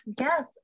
yes